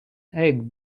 egg